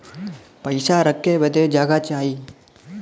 पइसा रखे बदे जगह चाही